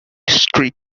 streak